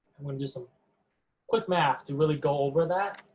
i'm gonna do some quick math to really go over that,